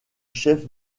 chef